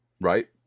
Right